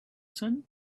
sun